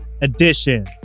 edition